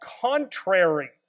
contrary